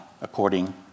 according